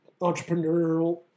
entrepreneurial